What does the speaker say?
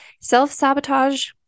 Self-sabotage